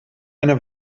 eine